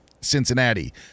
cincinnati